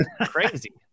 crazy